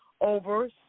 over